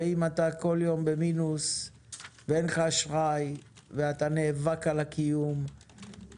ואם אתה כל הזמן במינוס ואין לך אשראי ואתה נאבק על הקיום ואתה